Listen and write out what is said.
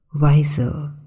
wiser